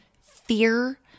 fear